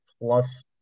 plus